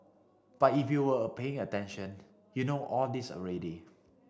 but if you were paying attention you know all this already